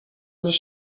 més